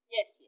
Yes